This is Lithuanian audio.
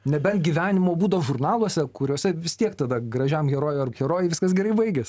nebent gyvenimo būdo žurnaluose kuriuose vis tiek tada gražiam herojų ar herojai viskas gerai baigias